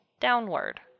downward